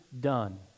done